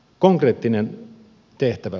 konkreettinen tehtävä